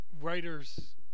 Writer's